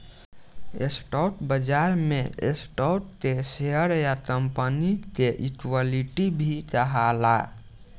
stock बाजार में stock के शेयर या कंपनी के इक्विटी भी कहाला